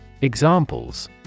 Examples